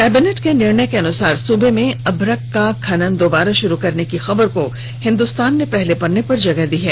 cabinet के निर्णय के अनुसार सूबे में अभ्रक का खनन दोबारा शुरू करने की खबर को हिन्दुस्तान ने पहले पन्ने पर प्रकाशित किया है